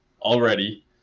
already